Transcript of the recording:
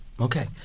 Okay